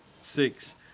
Six